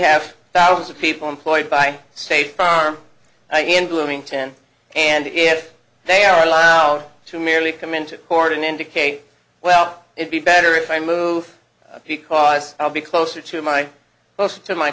have thousands of people employed by state farm in bloomington and if they are allowed to merely come into court and indicate well it be better if i move because i'll be closer to my post to my